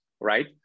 Right